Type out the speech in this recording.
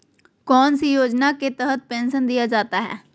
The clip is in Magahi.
कौन सी योजना के तहत पेंसन दिया जाता है?